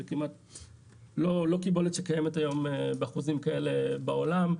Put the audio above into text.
זאת לא קיבולת שקיימת היום באחוזים כאלה בעולם.